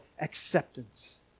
acceptance